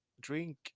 drink